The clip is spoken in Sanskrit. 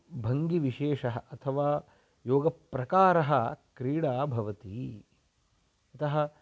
भङ्गिविशेषः अथवा योगप्रकारः क्रीडा भवति यतः